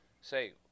say